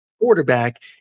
Quarterback